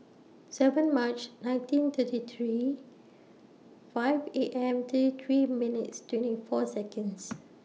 seven March nineteen thirty three five A M thirty three minutes twenty four Seconds